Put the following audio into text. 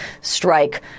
strike